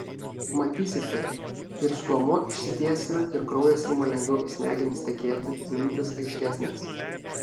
matysite ir stuomuo išsitiesina ir kraujas ima lengviau į smegenis tekėti mintys aiškesnės